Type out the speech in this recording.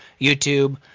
YouTube